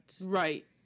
right